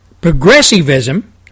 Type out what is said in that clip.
Progressivism